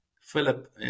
Philip